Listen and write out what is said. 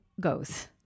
goes